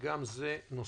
גם זה נושא